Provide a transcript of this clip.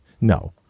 No